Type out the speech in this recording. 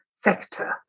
sector